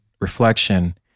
reflection